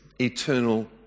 eternal